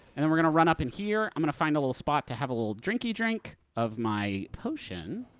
and then we're gonna run up in here. i'm gonna find a little spot to have a little drinky-drink of my potion.